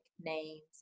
names